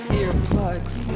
earplugs